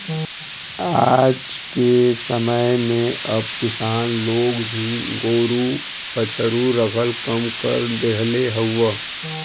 आजके समय में अब किसान लोग भी गोरु बछरू रखल कम कर देहले हउव